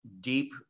deep